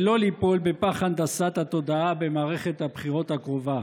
ולא ליפול בפח הנדסת התודעה במערכת הבחירות הקרובה.